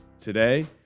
Today